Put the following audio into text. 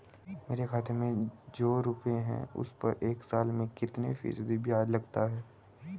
मेरे खाते में जो रुपये हैं उस पर एक साल में कितना फ़ीसदी ब्याज लगता है?